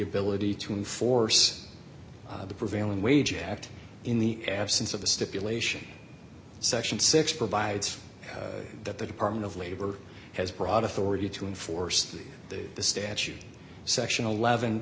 ability to enforce the prevailing wage act in the absence of the stipulation section six provides that the department of labor has brought authority to enforce the statute section eleven